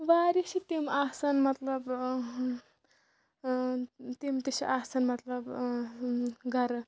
واریاہ چھِ تِم آسان مطلب تِم تہِ چھِ آسان مطلب گَرٕ